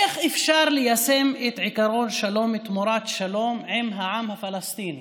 איך אפשר ליישם את העיקרון "שלום תמורת שלום" עם העם הפלסטיני?